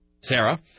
Sarah